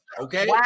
Okay